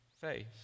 face